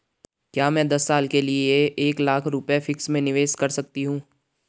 क्या मैं दस साल के लिए एक लाख रुपये फिक्स में निवेश कर सकती हूँ?